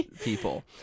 people